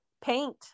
paint